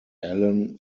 alan